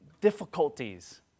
difficulties